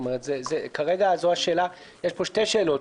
כרגע יש פה שתי שאלות,